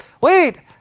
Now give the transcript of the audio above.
wait